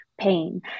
pain